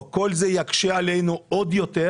או כל זה יקשה עלינו עוד יותר,